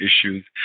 issues